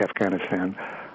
Afghanistan